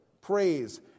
Praise